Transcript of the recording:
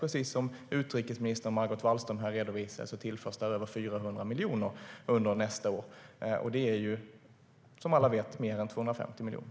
Precis som utrikesminister Margot Wallström här redovisade tillförs där över 400 miljoner under nästa år, och det är, som alla vet, mer än 250 miljoner.